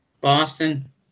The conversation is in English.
Boston